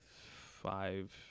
five